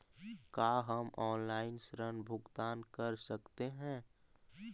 का हम आनलाइन ऋण भुगतान कर सकते हैं?